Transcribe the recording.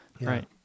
Right